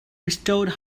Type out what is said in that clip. restored